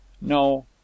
No